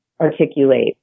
articulate